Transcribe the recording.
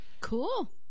Cool